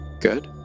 Good